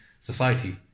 society